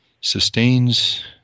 sustains